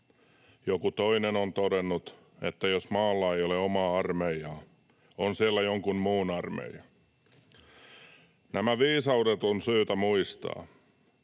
Joku toinen on todennut, että jos maalla ei ole omaa armeijaa, on siellä jonkun muun armeija. Nämä viisaudet on syytä muistaa.